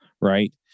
right